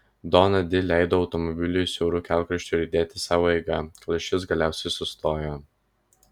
dona di leido automobiliui siauru kelkraščiu riedėti savo eiga kol šis galiausiai sustojo